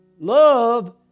Love